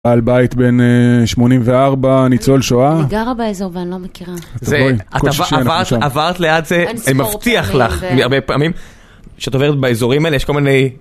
בעל בית בין 84, ניצול שואה. -אני גרה באזור ואני לא מכירה. -אז תבואי, כל שישי אנחנו שם. -את עברת ליד זה, אני מבטיח לך, הרבה פעמים. כשאת עוברת באזורים האלה יש כל מיני